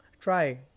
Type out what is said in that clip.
Try